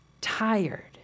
tired